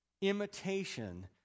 imitation